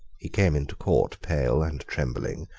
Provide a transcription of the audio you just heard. he came into court pale and trembling,